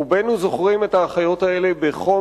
רובנו זוכרים את האחיות האלה בחום